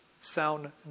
sound